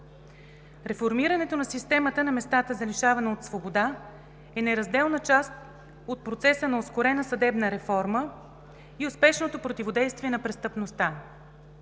Реформирането на системата на местата за лишаване от свобода е неразделна част от процеса на ускорена съдебна реформа и успешното противодействие на престъпността.